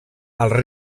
als